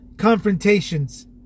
confrontations